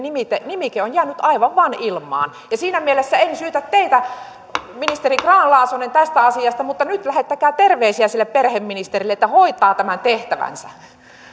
nimike on jäänyt aivan vain ilmaan siinä mielessä en syytä teitä ministeri grahn laasonen tästä asiasta mutta nyt lähettäkää terveisiä sille perheministerille että hoitaa tämän tehtävänsä